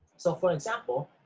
so, for example,